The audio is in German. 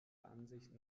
ansicht